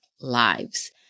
lives